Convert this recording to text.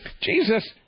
Jesus